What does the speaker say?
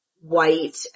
white